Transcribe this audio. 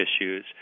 issues